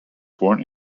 born